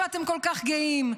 שאתם כל כך גאים,